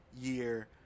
year